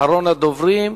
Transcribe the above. אחרון הדוברים.